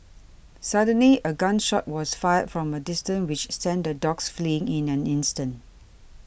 suddenly a gun shot was fired from a distance which sent the dogs fleeing in an instant